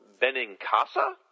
Benincasa